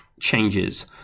changes